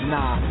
Nah